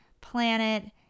planet